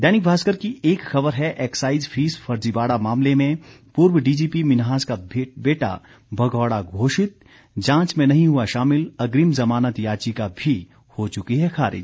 दैनिक भास्कर की एक खबर है एक्साईज फीस फर्जीवाड़ा मामले में पूर्व डीजीपी मिन्हास का बेटा भगौड़ा घोषित जांच में नहीं हुआ शामिल अग्रिम जमानत याचिका भी हो चुकी है खारिज